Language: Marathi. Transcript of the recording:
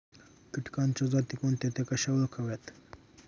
किटकांच्या जाती कोणत्या? त्या कशा ओळखाव्यात?